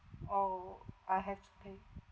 oh I have to pay